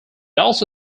also